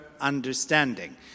understanding